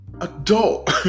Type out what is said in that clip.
adult